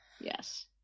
Yes